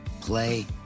play